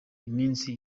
iminsi